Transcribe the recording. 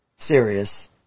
Serious